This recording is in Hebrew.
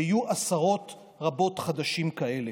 ויהיו עשרות רבות חדשות כאלה.